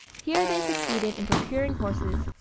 here they succeeded in procuring horses,